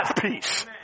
peace